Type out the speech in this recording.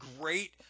great